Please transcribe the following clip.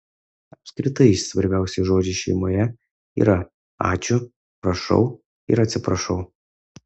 apskritai svarbiausi žodžiai šeimoje yra ačiū prašau ir atsiprašau